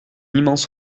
immense